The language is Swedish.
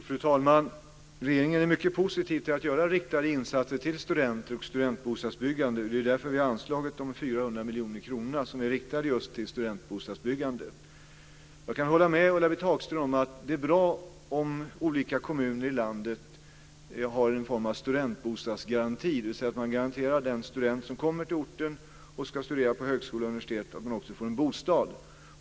Fru talman! Regeringen är mycket positiv till att göra riktade insatser till studenter och studentbostadsbyggande. Det är därför vi har anslagit de 400 miljoner kronor som är riktade just till studentbostadsbyggande. Jag kan hålla med Ulla-Britt Hagström om att det är bra om olika kommuner i landet har en form av studentbostadsgaranti, dvs. att man garanterar att den student som kommer till orten och ska studera på högskola eller universitet också får en bostad.